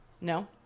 No